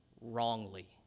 wrongly